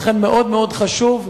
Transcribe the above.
לכן מאוד מאוד חשוב,